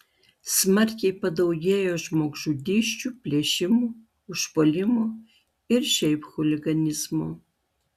smarkiai padaugėjo žmogžudysčių plėšimų užpuolimų ir šiaip chuliganizmo